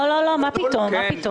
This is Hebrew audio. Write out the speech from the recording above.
לא, מה פתאום.